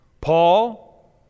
Paul